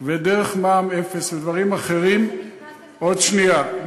ודרך מע"מ אפס ודברים אחרים ------ עוד שנייה.